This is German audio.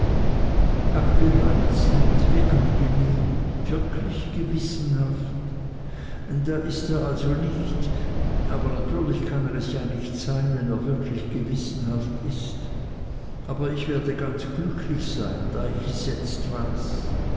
ach wie reizend wie angenehm wirklich gewissenhaft da ist er also nicht aber natürlich kann ers ja nicht sein wenn er wirklich gewissenhaft ist ach ich werde ganz glücklich sein da ich es jetzt weiß